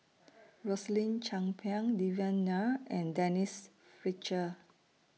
Rosaline Chan Pang Devan Nair and Denise Fletcher